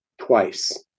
twice